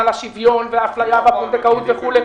על השוויון והאפליה והפונדקאות וכולי.